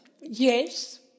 Yes